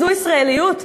זו ישראליות?